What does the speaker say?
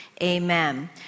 Amen